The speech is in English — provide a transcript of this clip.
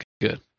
good